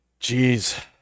Jeez